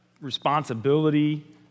responsibility